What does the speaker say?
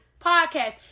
Podcast